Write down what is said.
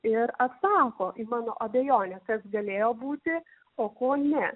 ir atsako į mano abejonę kas galėjo būti o ko ne